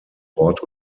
wort